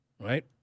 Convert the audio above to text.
right